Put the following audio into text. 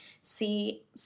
see